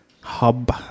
hub